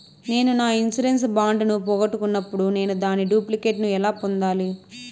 నేను నా insurance bond ను పోగొట్టుకున్నప్పుడు నేను దాని డూప్లికేట్ ను ఎలా పొందాలి?